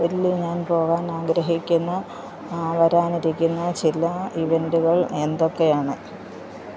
ഒല്ലി ഞാൻ പോകാൻ ആഗ്രഹിക്കുന്ന വരാനിരിക്കുന്ന ചില ഇവൻ്റുകൾ എന്തൊക്കെയാണ്